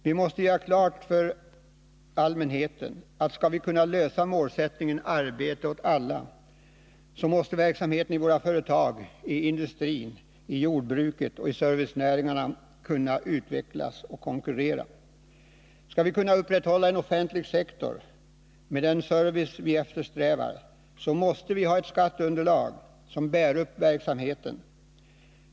Vi måste göra klart för allmänheten att skall vi kunna uppnå målsättningen arbete åt alla, så måste verksamheten i våra företag, i våra industrier, i jordbruket och i servicenäringarna utvecklas så att vi kan konkurrera med utlandet. Om vi vill upprätthålla en offentlig sektor med den service som vi eftersträvar måste vi också ha ett skatteunderlag som kan bära upp den verksamheten.